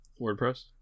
WordPress